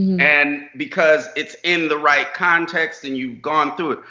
and because it's in the right context, and you've gone through it.